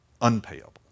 unpayable